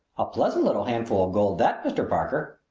a pleasant little handful of gold, that. mr. parker,